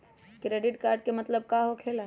Credit card के मतलब का होकेला?